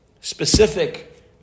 specific